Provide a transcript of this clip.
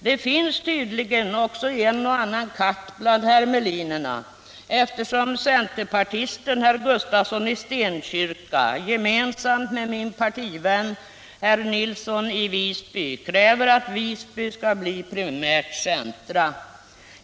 Det finns tydligen också en och annan katt bland hermelinerna, eftersom centerpartisten herr Gustafsson i Stenkyrka gemensamt med min partivän herr Nilsson i Visby kräver att Visby skall bli ett primärt centrum.